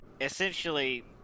essentially